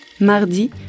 Mardi